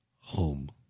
Home